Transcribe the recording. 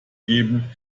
geben